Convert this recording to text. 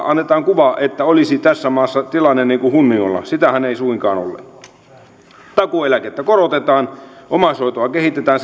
annetaan kuva että olisi tässä maassa tilanne hunningolla sitähän se ei suinkaan ole takuueläkettä korotetaan omaishoitoa kehitetään